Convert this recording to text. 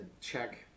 check